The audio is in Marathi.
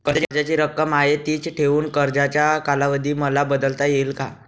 कर्जाची रक्कम आहे तिच ठेवून कर्जाचा कालावधी मला बदलता येईल का?